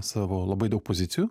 savo labai daug pozicijų